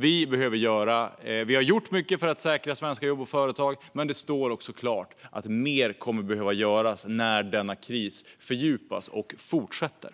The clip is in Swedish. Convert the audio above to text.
Vi har gjort mycket för att säkra svenska jobb och företag, men det står klart att mer kommer att behöva göras när denna kris fördjupas och fortsätter.